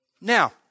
Now